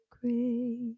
great